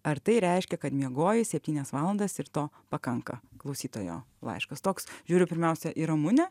ar tai reiškia kad miegojai septynias valandas ir to pakanka klausytojo laiškas toks žiūriu pirmiausia į ramunę